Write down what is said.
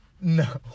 No